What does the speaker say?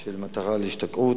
של מטרה להשתקעות,